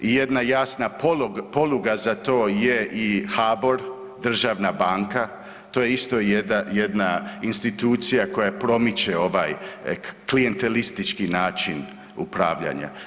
Jedna jasna poluga za to je i HBOR, državna banka, to je isto jedna institucija koja promiče ovaj klijentelistički način upravljanja.